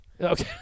Okay